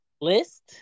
list